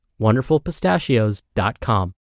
wonderfulpistachios.com